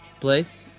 place